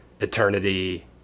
eternity